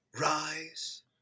Rise